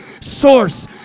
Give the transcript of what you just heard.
source